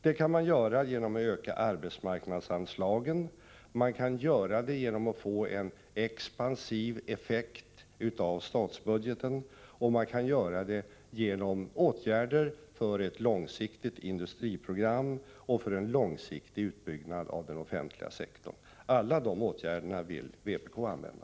Det kan ske genom att man ökar arbetsmarknadsanslagen, man kan göra det genom att få en expansiv effekt av statsbudgeten och man kan göra det genom åtgärder för ett långsiktigt industriprogram och för en långsiktig utbyggnad av den offentliga sektorn. Alla de åtgärderna vill vpk använda.